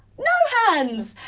no hands!